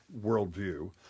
worldview